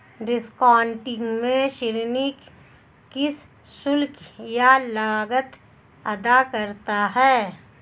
discounting में ऋणी कुछ शुल्क या लागत अदा करता है